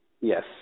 Yes